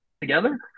together